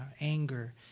Anger